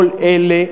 כל אלה,